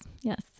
yes